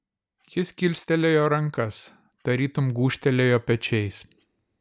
jis kilstelėjo rankas tarytum gūžtelėjo pečiais